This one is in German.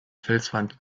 felswand